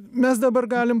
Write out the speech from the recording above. mes dabar galim